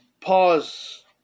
pause